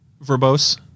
verbose